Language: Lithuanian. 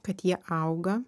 kad jie auga